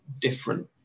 different